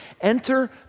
enter